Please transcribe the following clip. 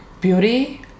beauty